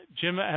Jim